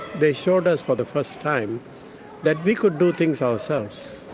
they showed us for the first time that we could do things ourselves.